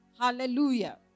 Hallelujah